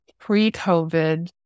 pre-COVID